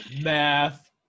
Math